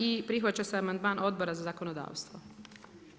I prihvaća se amandman Odbora za zakonodavstvo.